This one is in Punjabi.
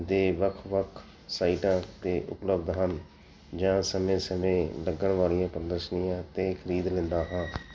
ਦੇ ਵੱਖ ਵੱਖ ਸਾਈਟਾਂ 'ਤੇ ਉਪਲਬਧ ਹਨ ਜਾਂ ਸਮੇਂ ਸਮੇਂ ਲੱਗਣ ਵਾਲੀਆਂ ਪ੍ਰਦਰਸ਼ਨੀਆਂ 'ਤੇ ਖਰੀਦ ਲੈਂਦਾ ਹਾਂ